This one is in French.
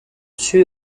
dessus